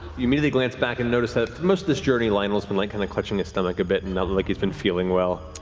you immediately glance back and notice that for most of this journey, lionel's been like kind of clutching his stomach a bit and not and like he's been feeling well.